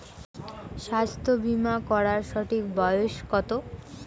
স্বাস্থ্য বীমা করার সঠিক বয়স কত?